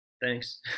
thanks